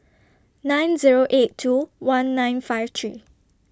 nine Zero eight two one nine five three